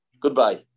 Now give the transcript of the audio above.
goodbye